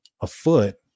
afoot